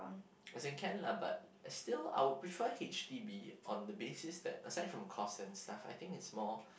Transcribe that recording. as in can lah but I still I would prefer H_D_B on the basis that aside from cost and stuff I think it's more